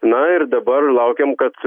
na ir dabar laukiam kad